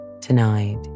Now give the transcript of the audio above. Tonight